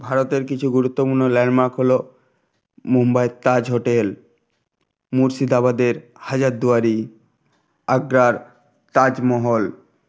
ভারতের কিছু গুরুত্বপূর্ণ ল্যান্ডমার্ক হলো মুম্বাইয়ের তাজ হোটেল মুর্শিদাবাদের হাজার দুয়ারি আগ্রার তাজমহল